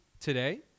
today